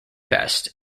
best